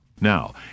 Now